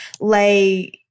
lay